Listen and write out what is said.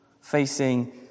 facing